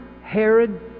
Herod